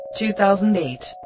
2008